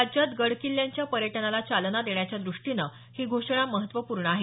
राज्यात गडकिल्ल्यांच्या पर्यटनाला चालना देण्याच्या द्रष्टीनं ही घोषणा महत्त्वपूर्ण आहे